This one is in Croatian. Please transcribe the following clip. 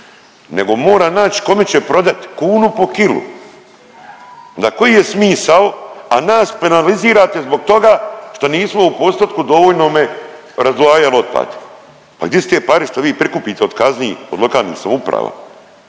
nego mora nać kome će prodat, kunu po kilu, onda koji je smisao, a nas penalizirate zbog toga što nismo u postotku dovoljnome razdvajali otpad, pa gdi su te pare što vi prikupite od kazni od lokalnih samouprava